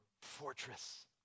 fortress